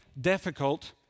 difficult